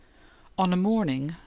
on a morning,